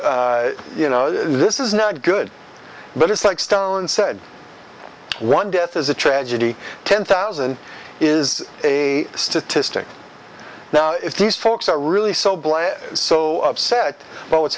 you know this is not good but it's like stone said one death is a tragedy ten thousand is a statistic now if these folks are really so black so upset about what's